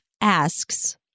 asks